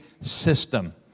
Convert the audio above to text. system